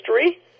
history